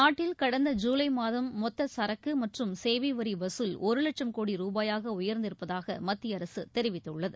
நாட்டில் கடந்த ஜூலை மாதம் மொத்த சரக்கு மற்றும் சேவை வரி வசூல் ஒரு லட்சம் கோடி ரூபாயாக உயர்ந்திருப்பதாக மத்திய அரசு தெரிவித்துள்ளது